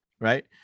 Right